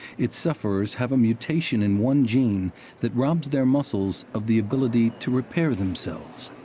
its sufferers have a mutation in one gene that robs their muscles of the ability to repair themselves.